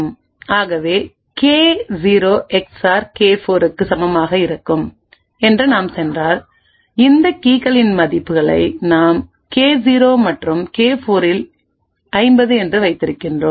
ஆகவே கே0 எக்ஸ்ஓஆர் கே4 50 க்கு சமமாக இருக்கும் என்றும் நாம் சென்றால் இந்த கீகளின் மதிப்புகளை நாம் கே0 மற்றும் கே4இல் 50 என்று வைத்திருக்கிறோம்